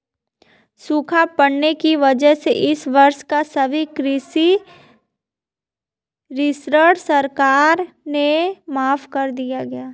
सूखा पड़ने की वजह से इस वर्ष का सभी कृषि ऋण सरकार ने माफ़ कर दिया है